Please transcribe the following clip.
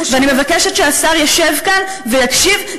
ואני מבקשת שהשר ישב כאן ויקשיב,